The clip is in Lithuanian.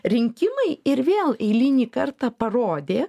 rinkimai ir vėl eilinį kartą parodė